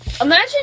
imagine